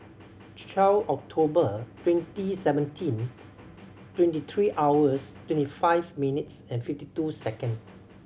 twelve October twenty seventeen twenty three hours thirty five minutes and fifty two second